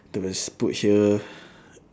the rest put here